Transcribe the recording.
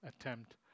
attempt